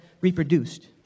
reproduced